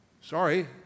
Sorry